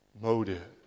motive